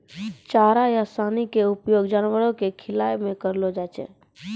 चारा या सानी के उपयोग जानवरों कॅ खिलाय मॅ करलो जाय छै